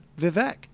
Vivek